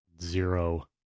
Zero